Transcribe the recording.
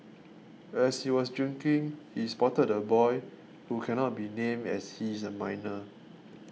as he was drinking he spotted the boy who cannot be named as he is a minor